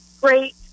great